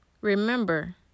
Remember